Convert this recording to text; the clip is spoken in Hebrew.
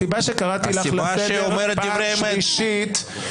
הסיבה שקראתי לך לסדר פעם שלישית -- הסיבה שהיא אומרת דברי אמת.